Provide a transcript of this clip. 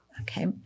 Okay